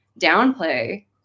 downplay